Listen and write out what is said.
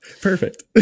perfect